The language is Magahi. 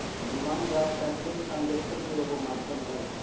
डिमांड ड्राफ्ट कैशलेस ट्रांजेक्शनन के एगो माध्यम हइ